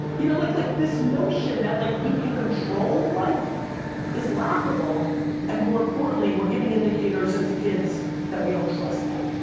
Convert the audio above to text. you know like like this notion that like we can control life is laughable and more importantly, we're giving indicators and to kids that we don't trust them,